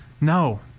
no